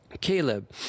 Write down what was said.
Caleb